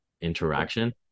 interaction